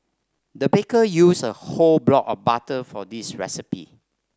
the baker used a whole block of butter for this recipe